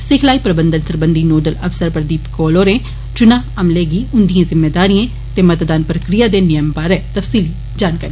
सिखलाई प्रबंधन सरबंधी नोडल अफसर प्रदीप कौल होरें चुनां अमले गी उन्दिएं जुम्मेवारिएं ते मतदान प्रक्रिया दे नियमें बारै तफसील कन्नै समझाया